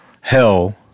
hell